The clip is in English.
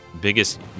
biggest